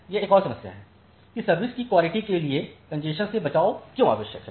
यह एक और समस्या है कि सर्विस की क्वालिटी के लिए कॅन्जेशन से बचाव क्यों आवश्यक है